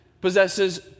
possesses